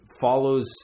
follows